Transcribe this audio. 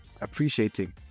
appreciating